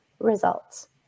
results